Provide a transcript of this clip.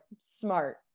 smart